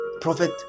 Prophet